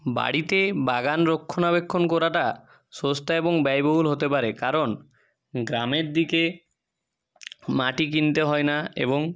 বাড়িতে বাগান রক্ষণাবেক্ষণ করাটা সস্তা এবং ব্যয়বহুল হতে পারে কারণ গ্রামের দিকে মাটি কিনতে হয় না এবং